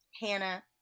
hannah